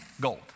gold